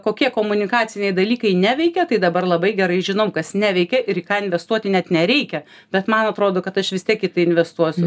kokie komunikaciniai dalykai neveikia tai dabar labai gerai žinom kas neveikia ir į ką investuoti net nereikia bet man atrodo kad aš vistiek į tai investuosiu